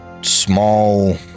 small